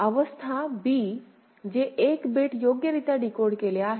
अवस्था b जे 1 bit योग्यरित्या डीकोड केले आहे